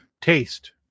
Taste